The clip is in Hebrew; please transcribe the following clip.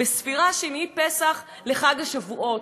בספירה שהיא מפסח לחג השבועות,